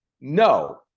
No